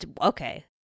Okay